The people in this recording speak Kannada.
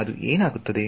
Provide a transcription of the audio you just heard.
ಅದು ಏನಾಗುತ್ತದೆ